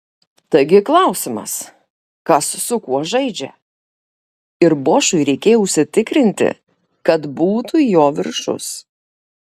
taigi klausimas kas su kuo žaidžia ir bošui reikėjo užsitikrinti kad būtų jo viršus